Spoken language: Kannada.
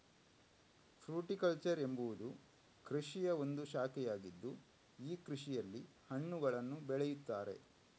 ಫ್ರೂಟಿಕಲ್ಚರ್ ಎಂಬುವುದು ಕೃಷಿಯ ಒಂದು ಶಾಖೆಯಾಗಿದ್ದು ಈ ಕೃಷಿಯಲ್ಲಿ ಹಣ್ಣುಗಳನ್ನು ಬೆಳೆಯುತ್ತಾರೆ